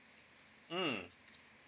mm